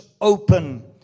open